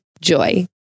Joy